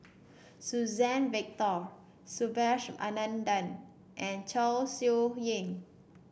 Suzann Victor Subhas Anandan and Chong Siew Ying